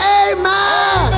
amen